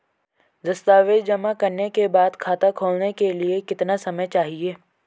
दस्तावेज़ जमा करने के बाद खाता खोलने के लिए कितना समय चाहिए?